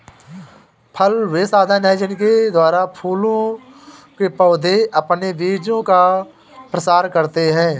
फल वे साधन हैं जिनके द्वारा फूलों के पौधे अपने बीजों का प्रसार करते हैं